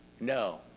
No